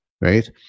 Right